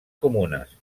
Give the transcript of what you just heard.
comunes